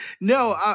No